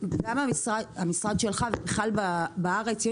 המשרד שלך ובכלל בארץ,